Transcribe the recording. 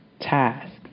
task